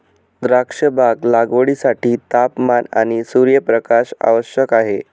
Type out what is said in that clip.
द्राक्षबाग लागवडीसाठी तापमान आणि सूर्यप्रकाश आवश्यक आहे